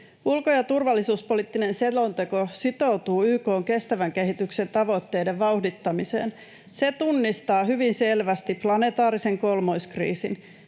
Ulko- ja turvallisuuspoliittinen selonteko sitoutuu YK:n kestävän kehityksen tavoitteiden vauhdittamiseen. Se tunnistaa hyvin selvästi planetaarisen kolmoiskriisin